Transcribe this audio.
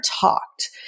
talked